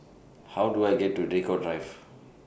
How Do I get to Draycott Drive